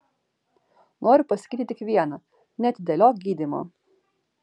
noriu pasakyti tik viena neatidėliok gydymo